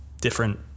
different